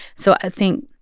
so i think,